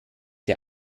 der